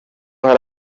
hari